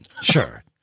Sure